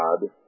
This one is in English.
God